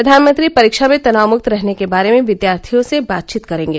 प्रधानमंत्री परीक्षा में तनावमृक्त रहने के बारे में विद्यार्थियों से बातचीत करेंगे